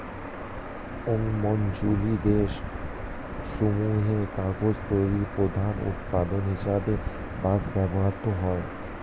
উষ্ণমণ্ডলীয় দেশ সমূহে কাগজ তৈরির প্রধান উপাদান হিসেবে বাঁশ ব্যবহৃত হয়